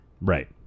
Right